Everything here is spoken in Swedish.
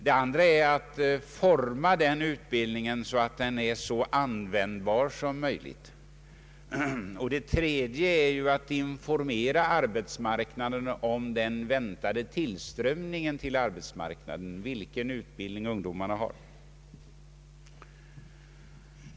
Den andra gäller frågan om att forma utbildningen så att den blir så användbar som möjligt, och den tredje gäller frågan om att informera arbetsmarknaden om den väntade tillströmningen till arbetsmarknaden och om den utbildning ungdomarna har.